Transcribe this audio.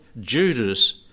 Judas